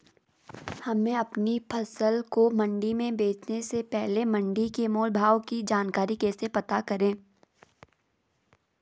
हमें अपनी फसल को मंडी में बेचने से पहले मंडी के मोल भाव की जानकारी कैसे पता करें?